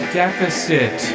deficit